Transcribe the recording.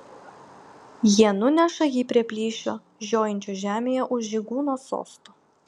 jie nuneša jį prie plyšio žiojinčio žemėje už žygūno sosto